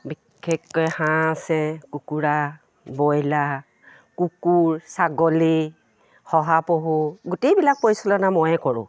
বিশেষকৈ হাঁহ আছে কুকুৰা ব্ৰইলা কুকুৰ ছাগলী শহাপহু গোটেইবিলাক পৰিচালনা ময়ে কৰোঁ